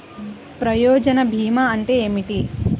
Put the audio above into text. ప్రయోజన భీమా అంటే ఏమిటి?